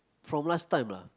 from last time lah